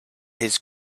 his